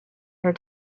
her